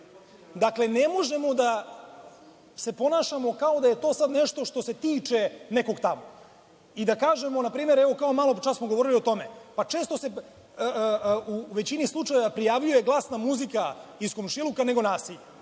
Dakle, ne možemo da se ponašamo kao da je to sad nešto što se tiče nekog tamo i da kažemo, na primer, kao evo maločas što smo govorili o tome, češće se u većini slučajeva prijavljuje glasna muzika iz komšiluka nego nasilje.